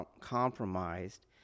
compromised